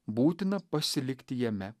būtina pasilikti jame